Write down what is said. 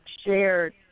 shared